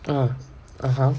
err (uh huh)